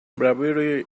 bravery